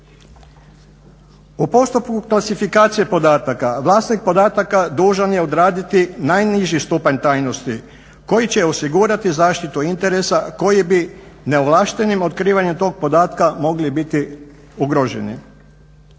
U postupku klasifikacije podataka vlasnik podataka dužan je odrediti najniži stupanj tajnosti koji će osigurati zaštitu interesa koje bi neovlaštenim otkrivanjem tog podatka mogli biti ugroženi.